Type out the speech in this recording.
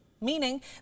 meaning